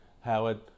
Howard